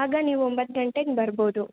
ಆಗ ನೀವು ಒಂಬತ್ತು ಗಂಟೆ ಹಂಗ್ ಬರ್ಬೋದು